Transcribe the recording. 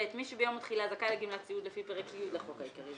(ב)מי שביום התחילה זכאי לגמלת סיעוד לפי פרק י' לחוק העיקרי,